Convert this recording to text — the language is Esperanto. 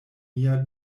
mia